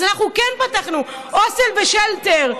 אז אנחנו כן פתחנו הוסטל ושלטר.